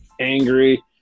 angry